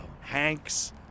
Hanks